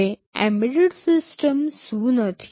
હવે embedded system શું નથી